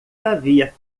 havia